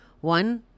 One